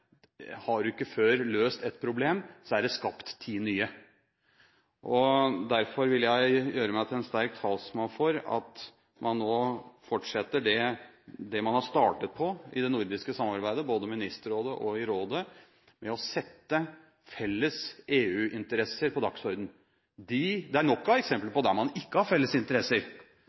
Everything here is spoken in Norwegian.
har du ikke før løst et problem, så er det skapt ti nye. Derfor vil jeg gjøre meg til en sterk talsmann for at man nå fortsetter det man har startet på i det nordiske samarbeidet, både i Ministerrådet og i Rådet, med å sette felles EU-interesser på dagsordenen. Det er nok av eksempler på der man ikke har felles interesser,